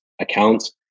accounts